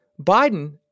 Biden